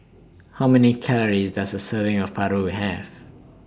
How Many Calories Does A Serving of Paru Have